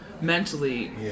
mentally